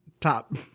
top